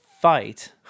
fight